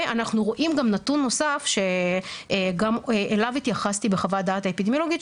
ואנחנו רואים גם נתון נוסף שגם אליו התייחסתי בחוות הדעת האפידמיולוגית,